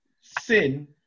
Sin